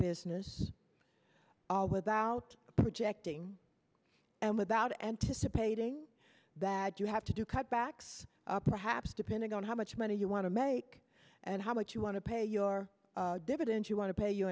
business without projecting and without anticipating that you have to do cutbacks perhaps depending on how much money you want to make and how much you want to pay your dividend you want to pay you